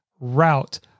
route